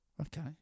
Okay